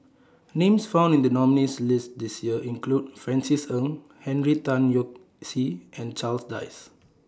Names found in The nominees' list This Year include Francis Ng Henry Tan Yoke See and Charles Dyce